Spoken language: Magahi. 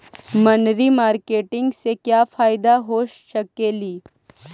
मनरी मारकेटिग से क्या फायदा हो सकेली?